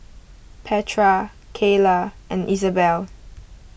Petra Keila and Isabel